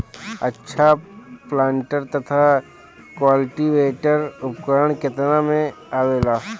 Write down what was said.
अच्छा प्लांटर तथा क्लटीवेटर उपकरण केतना में आवेला?